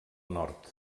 nord